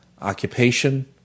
occupation